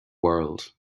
world